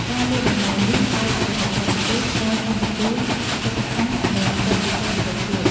ការវាយតម្លៃនេះផ្អែកលើបច្ចេកទេស កាយសម្បទា ចិត្តសាស្ត្រ និងបទពិសោធន៍ប្រកួត។